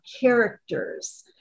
characters